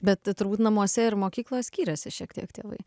bet turbūt namuose ir mokykloj skyrėsi šiek tiek tėvai